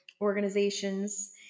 organizations